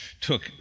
took